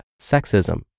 sexism